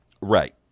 Right